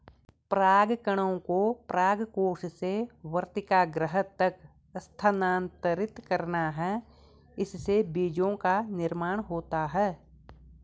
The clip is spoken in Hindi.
परागकणों को परागकोश से वर्तिकाग्र तक स्थानांतरित करना है, इससे बीजो का निर्माण होता है